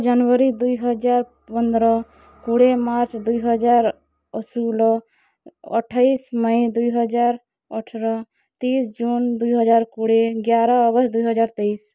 ଜାନୁୟାରୀ ଦୁଇ ହଜାର ପନ୍ଦର କୋଡ଼ିଏ ମାର୍ଚ୍ଚ ଦୁଇ ହଜାର ଷୋହଳ ଅଠେଇଶି ମେ ଦୁଇ ହଜାର ଅଠର ତିରିଶି ଜୁନ୍ ଦୁଇ ହଜାର କୋଡ଼ିଏ ଏଗାର ଅଗଷ୍ଟ ଦୁଇ ହଜାର ତେଇଶି